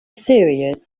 series